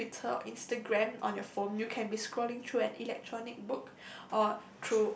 or Twitter or Instagram on your phone you can be scrolling through an electronic book or